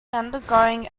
undergoing